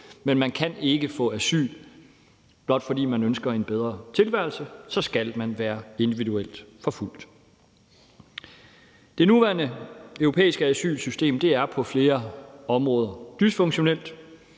Men man kan ikke få asyl, blot fordi man ønsker en bedre tilværelse. Så skal man være individuelt forfulgt. Det nuværende europæiske asylsystem er på flere områder dysfunktionelt.